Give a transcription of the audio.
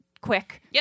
quick